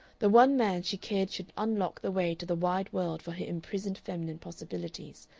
the one man she cared should unlock the way to the wide world for her imprisoned feminine possibilities,